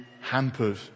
hampered